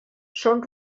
són